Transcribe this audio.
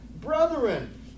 brethren